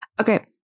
Okay